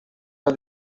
una